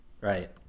Right